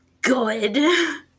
good